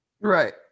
Right